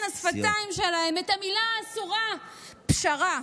השפתיים שלהם את המילה האסורה "פשרה"